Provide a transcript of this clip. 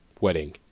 wedding